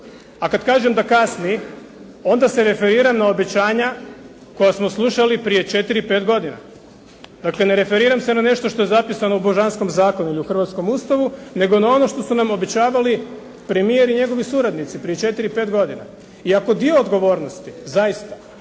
A kada kažem da kasni, onda se referiram na obećanja koja smo slušali prije 4-5 godina. Dakle ne referiram se na nešto što je zapisano u božanskom zakonu ili u hrvatskom Ustavu nego na ono što su nam obećavali premijer i njegovi suradnici prije 4-5 godina. I ako dio odgovornosti zaista